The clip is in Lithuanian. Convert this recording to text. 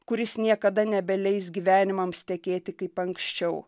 kuris niekada nebeleis gyvenimams tekėti kaip anksčiau